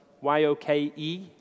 Y-O-K-E